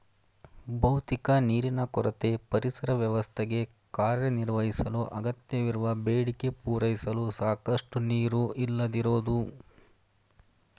ಭೌತಿಕ ನೀರಿನ ಕೊರತೆ ಪರಿಸರ ವ್ಯವಸ್ಥೆಗೆ ಕಾರ್ಯನಿರ್ವಹಿಸಲು ಅಗತ್ಯವಿರುವ ಬೇಡಿಕೆ ಪೂರೈಸಲು ಸಾಕಷ್ಟು ನೀರು ಇಲ್ಲದಿರೋದು